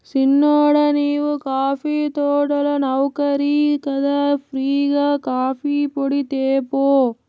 సిన్నోడా నీవు కాఫీ తోటల నౌకరి కదా ఫ్రీ గా కాఫీపొడి తేపో